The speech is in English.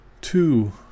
two